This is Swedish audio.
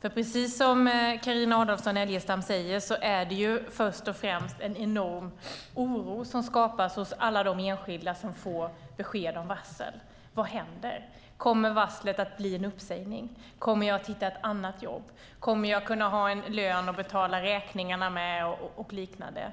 Precis som Carina Adolfsson Elgestam säger är det först och främst en enorm oro som skapas hos alla de enskilda som får besked om varsel: Vad händer? Kommer varslet att bli en uppsägning? Kommer jag att hitta ett annat jobb? Kommer jag att kunna ha en lön att betala räkningar på och liknande?